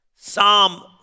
Psalm